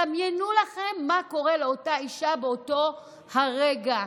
דמיינו לכם מה קורה לאותה אישה באותו רגע.